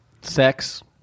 Sex